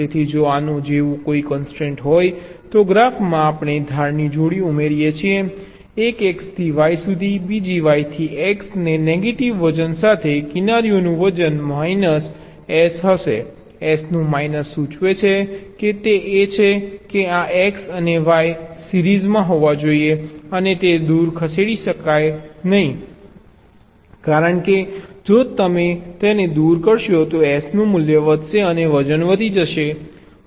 તેથી જો આના જેવું કોઈ કોન્સ્ટ્રેન્ટ હોય તો ગ્રાફમાં આપણે ધારની જોડી ઉમેરીએ છીએ એક X થી Y સુધી બીજી Y થી X ને નેગેટિવ વજન સાથે કિનારીઓનું વજન માઇનસ S હશે S નું માઇનસ સૂચવે છે કે તે એ છે કે આ X અને Y આ સિરીઝમાં હોવા જોઈએ અને તે દૂર ખસેડી શકાતા નથી કારણ કે જો તમે તેને દૂર કરશો તો S નું મૂલ્ય વધશે અને વજન વધશે